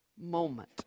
moment